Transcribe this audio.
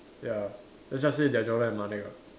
ya let's just say they are Jonah and Malek ah